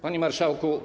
Panie Marszałku!